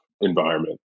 environment